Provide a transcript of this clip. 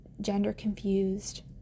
gender-confused